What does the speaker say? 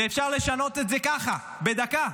ואפשר לשנות את זה ככה, בדקה,